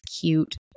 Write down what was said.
cute